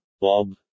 Bob